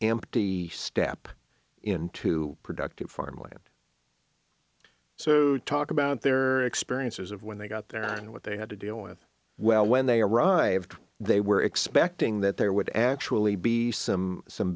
empty step into productive farmland so talk about their experiences of when they got there and what they had to deal with well when they arrived they were expecting that there would actually be some some